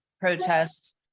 protests